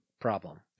problem